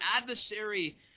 adversary